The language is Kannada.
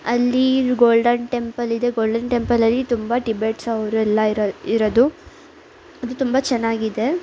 ಅಲ್ಲಿ ಗೋಲ್ಡನ್ ಟೆಂಪಲ್ ಇದೆ ಗೋಲ್ಡನ್ ಟೆಂಪಲಲ್ಲಿ ತುಂಬ ಟಿಬೆಟ್ಸ್ ಅವರೆಲ್ಲ ಇರ ಇರೋದು ಅದು ತುಂಬ ಚೆನ್ನಾಗಿದೆ